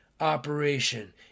operation